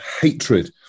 Hatred